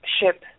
ship